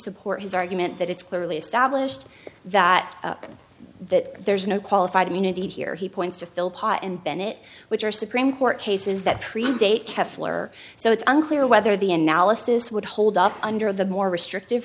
support his argument that it's clearly established that that there's no qualified immunity here he points to fill pot and bennett which are supreme court cases that predate kepler so it's unclear whether the analysis would hold up under the more restrictive